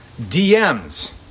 DMs